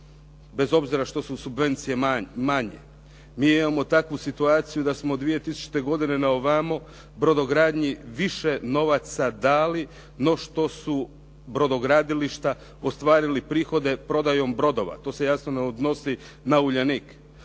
bez obzira što su subvencije manje. Mi imamo takvu situaciju da smo od 2000. godine na ovamo brodogradnji više novaca dali no što su brodogradilišta ostvarili prihode prodajom brodova. To se jasno ne odnosi na "Uljanik".